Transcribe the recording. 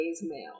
male